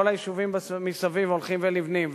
כל היישובים מסביב הולכים ונבנים,